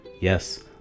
yes